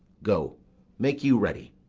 go make you ready.